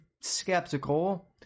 skeptical